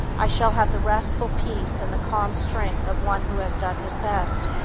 i shall have the restful peace and the calm strength of one who has done his best,